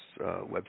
website